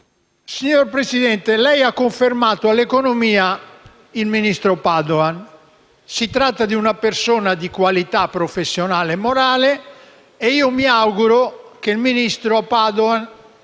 Signor Presidente, lei ha confermato all'economia il ministro Padoan, una persona di qualità professionale e morale. Mi auguro che il ministro Padoan